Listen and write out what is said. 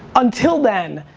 until then,